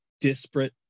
disparate